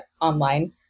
online